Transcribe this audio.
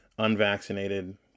unvaccinated